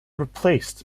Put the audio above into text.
replaced